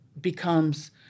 becomes